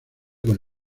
con